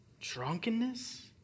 drunkenness